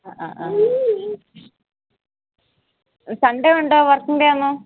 അ അ അ സൺഡേ ഉണ്ടാകുമോ വർക്കിംഗ് ഡേ ആണോ